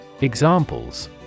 Examples